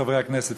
חברי הכנסת,